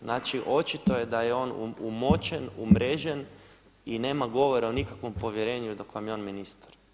Znači očito je da je on umočen, umrežen i nema govora o nikakvom povjerenju dok vam je on ministar.